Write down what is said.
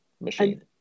machine